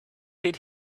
did